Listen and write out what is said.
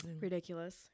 Ridiculous